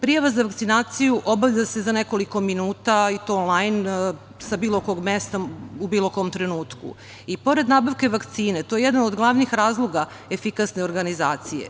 Prijava za vakcinaciju obavlja se za nekoliko minuta i to onlajn sa bilo kog mesta u bilo kom trenutku i, pored nabavke vakcine, to je jedan od glavnih razloga efikasne organizacije.